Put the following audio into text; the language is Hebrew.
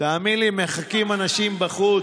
תאמין לי, מחכים אנשים בחוץ.